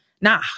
nah